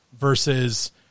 versus –